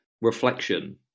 reflection